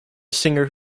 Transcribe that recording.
singer